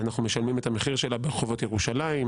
ואנחנו משלמים את המחיר שלה ברחובות ירושלים,